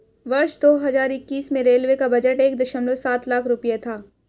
वर्ष दो हज़ार इक्कीस में रेलवे का बजट एक दशमलव सात लाख रूपये था